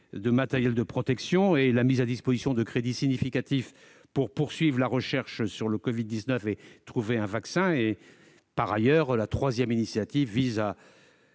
de matériel de protection et par la mise à disposition de crédits significatifs pour financer la recherche sur le Covid-19 et trouver un vaccin. La troisième série d'initiatives vise à